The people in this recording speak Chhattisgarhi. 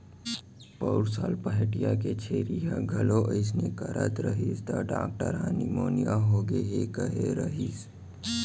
पउर साल पहाटिया के छेरी ह घलौ अइसने करत रहिस त डॉक्टर ह निमोनिया होगे हे कहे रहिस